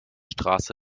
straße